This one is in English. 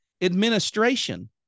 Administration